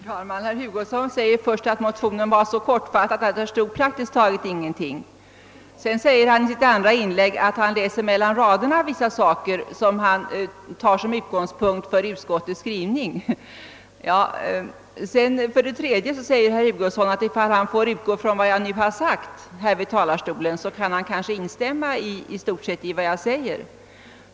Herr talman! Herr Hugosson säger först att motionen var så kortfattad att där stod praktiskt taget ingenting. I sitt andra inlägg säger han att han läser mellan raderna vissa saker som han tar som utgångspunkt för utskottets skrivning. Vidare säger herr Hugosson att om han får utgå från vad jag nu har sagt från talarstolen kan han i stort sett instämma med detta.